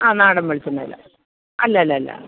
ആ നാടൻ വെളിച്ചെണ്ണയിലാ അല്ലല്ലല്ല